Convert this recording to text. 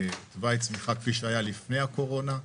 לתוואי הצמיחה כפי שהיה לפני הקורונה.